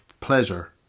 pleasure